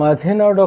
माझे नाव डॉ